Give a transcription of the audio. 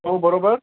हो बरोबर